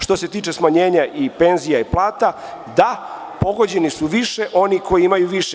Što se tiče smanjenja penzija i plata, da, pogođeni su više oni koji imaju više.